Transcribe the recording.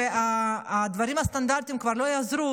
והדברים הסטנדרטיים כבר לא יעזרו,